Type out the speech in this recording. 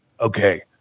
okay